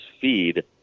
feed